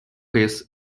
his